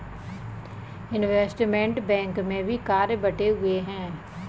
investment bank में भी कार्य बंटे हुए हैं